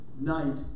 night